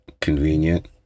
convenient